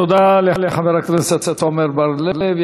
תודה לחבר הכנסת עמר בר-לב.